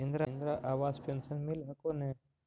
Indira Awas pension मिल हको ने?